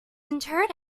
interred